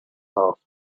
half